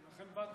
לכן באתי.